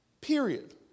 period